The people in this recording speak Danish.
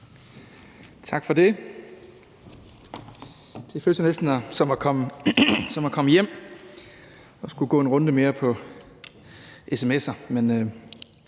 Tak for det. Det føles jo næsten som at komme hjem at skulle gå en runde mere på det